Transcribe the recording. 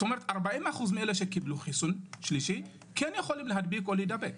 כלומר 40% מאלה שקיבלו חיסון שלישי כן יכולים להדביק או להידבק.